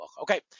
Okay